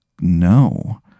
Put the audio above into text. no